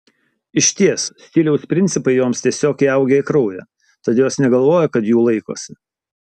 išties stiliaus principai joms tiesiog įaugę į kraują tad jos negalvoja kad jų laikosi